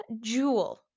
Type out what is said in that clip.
jewel